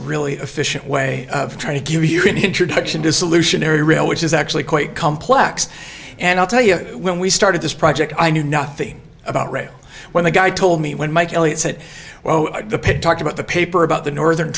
really efficient way of trying to give you an introduction to solution area which is actually quite complex and i'll tell you when we started this project i knew nothing about rail when the guy told me when mike elliott said well the pit talked about the paper about the northern